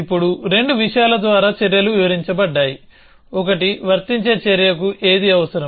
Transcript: ఇప్పుడు రెండు విషయాల ద్వారా చర్యలు వివరించబడ్డాయి ఒకటి వర్తించే చర్యకు ఏది అవసరం